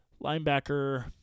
linebacker